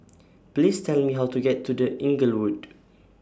Please Tell Me How to get to The Inglewood